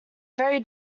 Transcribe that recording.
very